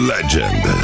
Legend